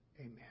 Amen